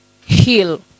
heal